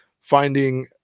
finding